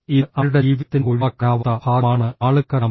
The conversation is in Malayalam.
ഇത് അവരുടെ ജീവിതത്തിന്റെ ഒഴിവാക്കാനാവാത്ത ഭാഗമാണെന്ന് ആളുകൾക്കറിയാം